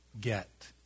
get